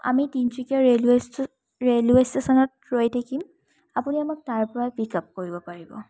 আমি তিনচুকীয়া ৰেলৱেষ্ট ৰেলৱে ষ্টেচনত ৰৈ থাকিম আপুনি আমাক তাৰপৰা পিক আপ কৰিব পাৰিব